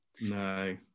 No